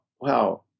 wow